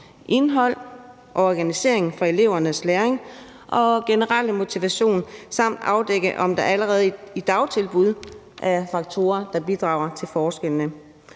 indhold og organisering for elevernes læring og generelle motivation samt afdække, om der allerede i dagtilbud er faktorer, der bidrager til forskellene.